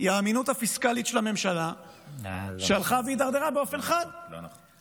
היא קובעת את זה באמת בהתאם לארבע קטגוריות: חוסן כלכלי,